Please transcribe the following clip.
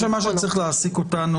להעסיק אותנו